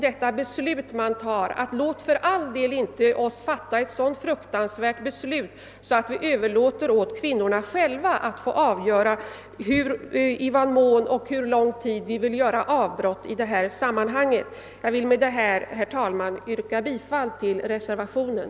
Man fattar därmed ett beslut som innebär, att vi för all del inte skall överlåta åt kvinnorna själva att avgöra i vad mån och för hur lång tid de bör göra avbrott i detta sammanhang. Jag vill med det anförda, herr talman, yrka bifall till reservationen.